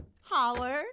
Howard